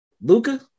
Luca